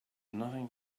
nothing